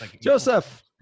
Joseph